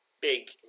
big